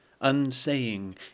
Unsaying